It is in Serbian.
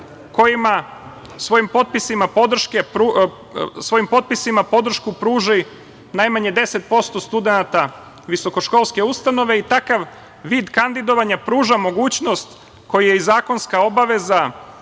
kojima svojim potpisima podršku pruža najmanje 10% studenata visokoškolske ustanove i takav vid kandidovanja pruža mogućnost koji je i zakonska obaveza,